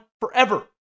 forever